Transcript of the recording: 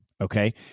Okay